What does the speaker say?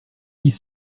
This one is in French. dis